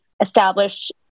establish